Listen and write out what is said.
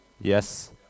Yes